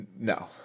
No